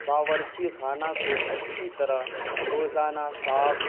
باورچی خانہ کو اچھی طرح روزانہ صاف